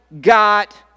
got